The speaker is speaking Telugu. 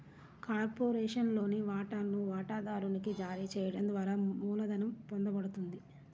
కార్పొరేషన్లోని వాటాలను వాటాదారునికి జారీ చేయడం ద్వారా మూలధనం పొందబడుతుంది